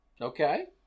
Okay